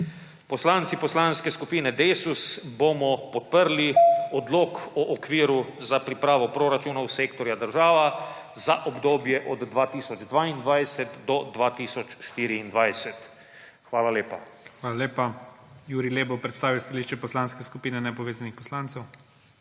Poslanci Poslanske skupine Desus bomo podprli odlok o okviru za pripravo proračunov sektorja država za obdobje od 2022 do 2024. Hvala lepa. PREDSEDNIK IGOR ZORČIČ: Hvala lepa. Jurij Lep bo predstavil stališče Poslanske skupine nepovezanih poslancev.